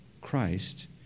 Christ